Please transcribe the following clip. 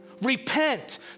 repent